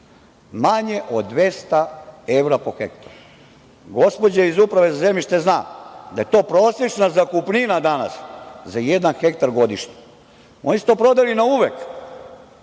manje od 200 evra po hektaru. Gospođa iz Uprave za zemljište zna da je to prosečna zakupnina danas za jedan hektar godišnje. Oni su to prodali na uvek,